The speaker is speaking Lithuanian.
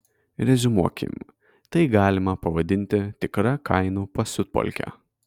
reziumuokim tai galima pavadinti tikra kainų pasiutpolke